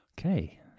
Okay